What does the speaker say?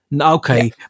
okay